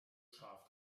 scharf